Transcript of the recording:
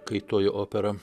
kai toji opera